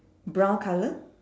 brown colour